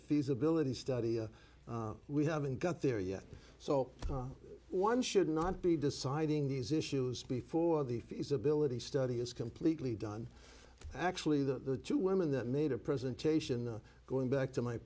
feasibility study we haven't got there yet so one should not be deciding these issues before the feasibility study is completely done actually the two women that made a presentation the going back to my